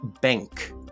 bank